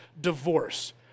divorce